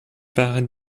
par